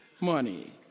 money